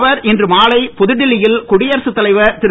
அவர் இன்று மாலை புதுடில்லி யில் குடியரசுத் தலைவர் திரு